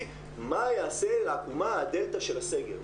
מה יעשה לעקומה הדלתא של הסגר,